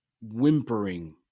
whimpering